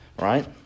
right